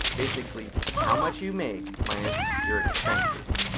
basically how much you make minus your expenses.